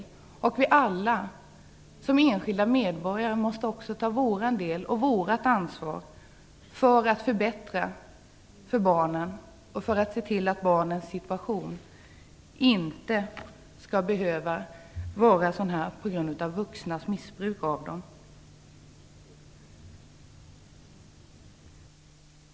Vi måste vidare alla som enskilda medborgare ta vårt ansvar för att förbättra för barnen och se till att barnens situation inte skall behöva präglas av vuxnas missbruk av dem.